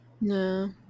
No